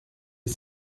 est